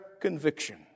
conviction